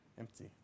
empty